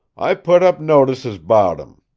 i put up notices about him.